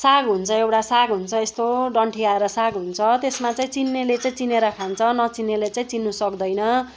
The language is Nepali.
साग हुन्छ एउटा साग हुन्छ यस्तो डन्ठी आएर साग हुन्छ त्यसमा चिन्नेले चाहिँ चिनेर खान्छ नचिन्नेले चाहिँ चिन्नु सक्दैन